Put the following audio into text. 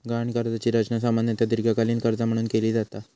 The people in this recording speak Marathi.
गहाण कर्जाची रचना सामान्यतः दीर्घकालीन कर्जा म्हणून केली जाता